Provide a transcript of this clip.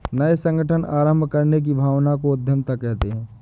नये संगठन आरम्भ करने की भावना को उद्यमिता कहते है